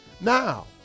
Now